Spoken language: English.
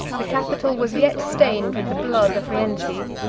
the capitol was yet stained with the blood of rienzi,